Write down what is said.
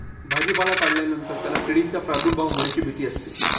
भाजीपाला काढल्यानंतर त्याला किडींचा प्रादुर्भाव होण्याची भीती असते